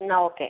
എന്നാൽ ഓക്കേ